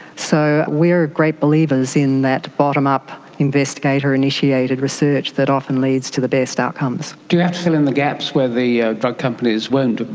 so we are great believers in that bottom-up investigator initiated research that often leads to the best outcomes. do you have to fill in the gaps where the ah drug companies won't,